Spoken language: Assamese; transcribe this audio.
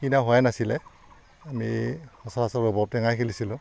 কিনা হোৱাই নাছিলে আমি সচৰাচৰ ৰবাব টেঙাই খেলিছিলোঁ